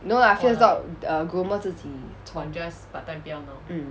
no lah fierce dogs err groomer 自己穿 mm